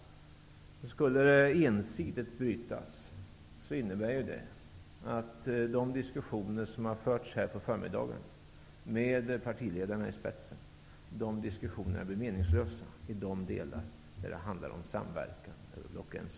Skulle de ensidigt brytas innebär det att de diskussioner som har förts här på förmiddagen, med partiledarna i spetsen, blir meningslösa i de delar som handlar om samverkan över blockgränserna.